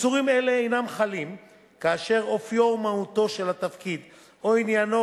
איסורים אלה אינם חלים כאשר אופיו או מהותו של התפקיד או עניינו